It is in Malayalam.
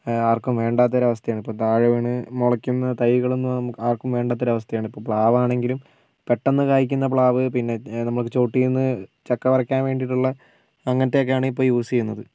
ആർക്കും വേണ്ടാത്ത ഒരവസ്ഥയാണ് ഇപ്പോൾ താഴെ വീണ് മുളയ്ക്കുന്ന തൈകളൊന്നും നമുക്ക് ആർക്കും വേണ്ടാത്തൊരു അവസ്ഥയാണിപ്പോൾ ഇപ്പോൾ പ്ലാവാണെങ്കിലും പെട്ടെന്ന് കായ്ക്കുന്ന പ്ലാവ് പിന്നെ നമുക്ക് ചൊട്ടിയിൽ നിന്ന് ചക്ക പറിക്കാൻ വേണ്ടിയിട്ടുള്ള അങ്ങനത്തെ ഒക്കെയാണ് ഇപ്പോൾ യൂസ് ചെയ്യുന്നത്